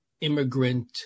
immigrant